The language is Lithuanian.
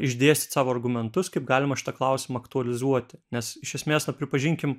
išdėstyt savo argumentus kaip galima šitą klausimą aktualizuoti nes iš esmės na pripažinkim